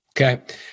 Okay